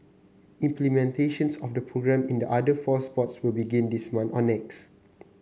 implementations of the programme in the other four sports will begin this month or next